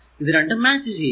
ഇത് രണ്ടും മാച്ച് ചെയ്യുന്നു